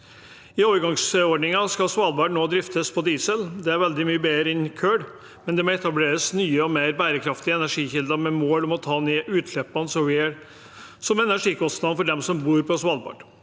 I overgangsordningen skal Svalbard nå driftes på diesel. Det er veldig mye bedre enn kull, men det må etableres nye og mer bærekraftige energikilder med mål om å ta ned utslippene så vel som energikostnadene for dem som bor på Svalbard.